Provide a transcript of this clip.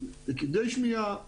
לכבדי שמיעה ולעיוורים,